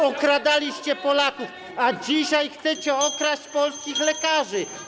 Okradaliście Polaków, a dzisiaj chcecie okraść polskich lekarzy.